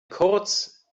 kurz